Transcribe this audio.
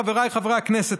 חבריי חברי הכנסת,